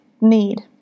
need